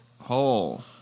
hole